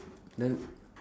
then